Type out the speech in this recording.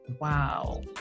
wow